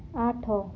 ଆଠ